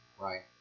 Right